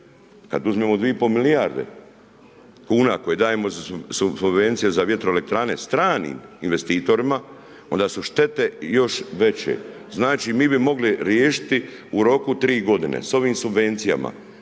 Kad uzmemo 2,5 milijarde kuna koje dajemo za subvencije za vjetroelektrane stranim investitorima onda su štete još veće. Znači mi bi mogli riješiti u roku 3 godine sa ovim subvencijama